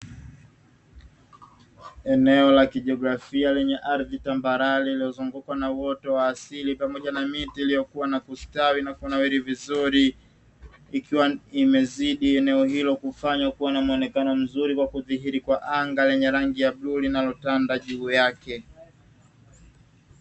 Eneo la kijiografia lenye ardhi tambalale lililozungukwa na uoto wa asili pamoja na miti iliyokuwana kustawi na kunawiri vizuri ikiwa imezidi, eneo hilo kufanya kuwa na muonekano mzuri na kudhihiri kwa anga lenye rangi ya bluu linalotanda juu yake.